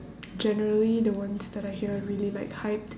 generally the ones that I hear are really like hyped